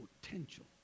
potential